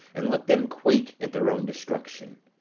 and let them quake at their own destruction.